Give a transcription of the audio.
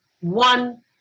one